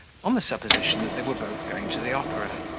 on the supposition that they were both going to the opera.